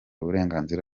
uburenganzira